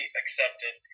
accepted